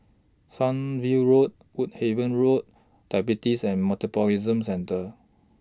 Sunview Road Woodhaven Road Diabetes and Metabolism Centre